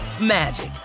magic